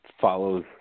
follows